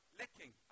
licking